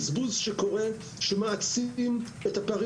הבזבוז הזה שקורה שמעצים את הפערים